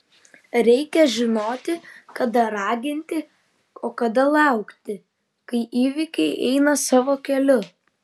reikia žinoti kada raginti o kada laukti kai įvykiai eina savo keliu